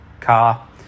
car